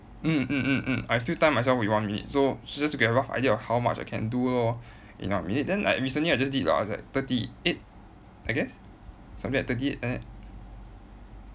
mm mm mm mm I still time myself within one minute so just to get a rough idea on how much I can do lor in one minute then like recently I just did and it was like thirty eight I guess something like thirty eight like that